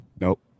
Nope